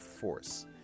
force